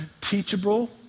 teachable